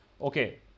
okay